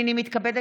אני מתכבד,